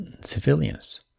civilians